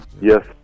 Yes